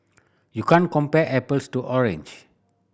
you can't compare apples to orange